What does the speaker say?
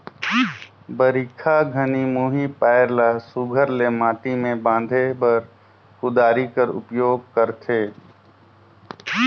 बरिखा घनी मुही पाएर ल सुग्घर ले माटी मे बांधे बर कुदारी कर उपियोग करथे